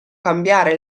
cambiare